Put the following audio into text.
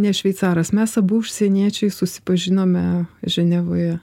ne šveicaras mes abu užsieniečiai susipažinome ženevoje